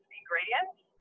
ingredients